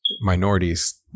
minorities